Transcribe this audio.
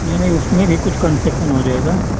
नहीं नहीं उसमें भी कुछ कन्सेशन हो जाएगा